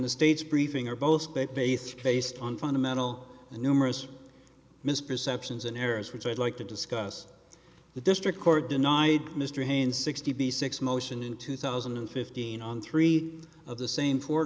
the state's briefing are both based based on fundamental and numerous misperceptions and errors which i'd like to discuss the district court denied mr hayne sixty six motion in two thousand and fifteen on three of the same fo